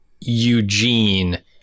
Eugene